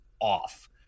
off